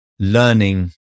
Learning